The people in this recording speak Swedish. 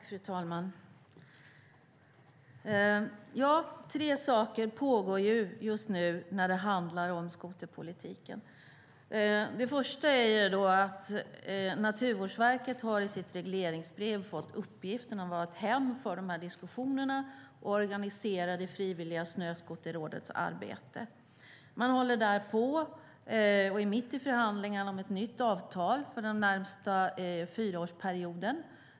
Fru talman! Tre saker pågår just nu i skoterpolitiken. Det första är att Naturvårdsverket i sitt regleringsbrev har fått uppgiften att vara en hemvist för de här diskussionerna och organisera det frivilliga Snöskoterrådets arbete. Man håller där på och är mitt uppe i förhandlingarna om ett nytt avtal för den närmaste fyraårsperioden.